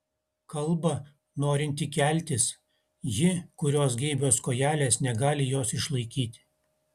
kalba norinti keltis ji kurios geibios kojelės negali jos išlaikyti